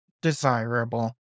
desirable